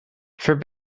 for